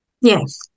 Yes